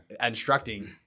instructing